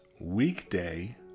Weekday